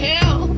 Hell